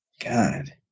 God